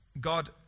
God